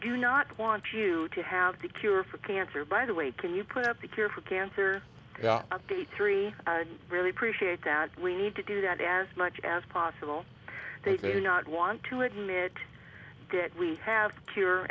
do not want you to have the cure for cancer by the way can you put up the cure for cancer of the three really appreciate that we need to do that as much as possible they do not want to admit that we have cure